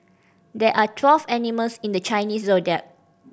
there are twelve animals in the Chinese Zodiac